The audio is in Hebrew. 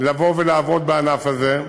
לבוא ולעבוד בענף הזה.